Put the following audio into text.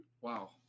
Wow